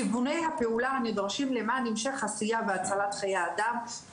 כיווני הפעולה הנדרשים למען המשך העשייה והצלת חיי אדם,